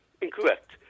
Incorrect